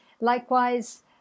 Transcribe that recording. likewise